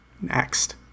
Next